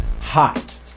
Hot